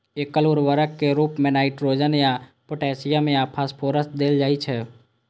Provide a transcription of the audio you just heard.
एकल उर्वरक के रूप मे नाइट्रोजन या पोटेशियम या फास्फोरस देल जाइ छै